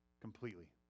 completely